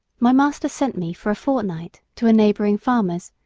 my master sent me for a fortnight to a neighboring farmer's,